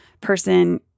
person